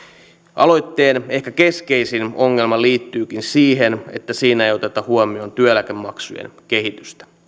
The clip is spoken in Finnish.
aloitteen ehkä keskeisin ongelma liittyykin siihen että siinä ei oteta huomioon työeläkemaksujen kehitystä